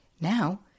now